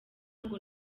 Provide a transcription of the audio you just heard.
ngo